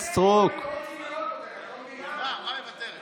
לא רוצים לראות אותך, את לא מבינה?